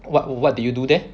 what what did you do there